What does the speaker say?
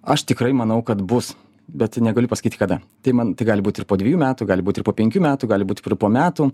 aš tikrai manau kad bus bet negaliu pasakyti kada tai man tai gali būti ir po dvejų metų gali būti ir po penkių metų gali būt ir po metų